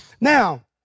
Now